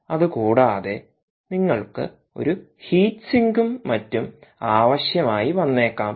അതു കൂടാതെ നിങ്ങൾക്ക് ഒരു ഹീറ്റ് സിങ്കും മറ്റും ആവശ്യമായി വന്നേക്കാം